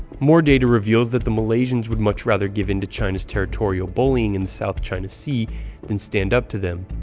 more data reveals that the malaysians would much rather give in to china's territorial bullying in the south china sea than stand up to them.